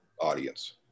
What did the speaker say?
audience